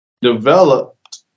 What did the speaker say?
developed